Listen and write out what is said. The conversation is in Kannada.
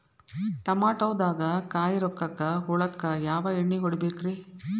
ಟಮಾಟೊದಾಗ ಕಾಯಿಕೊರಕ ಹುಳಕ್ಕ ಯಾವ ಎಣ್ಣಿ ಹೊಡಿಬೇಕ್ರೇ?